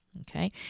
Okay